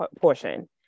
portion